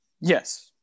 Yes